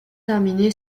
terminé